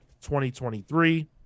2023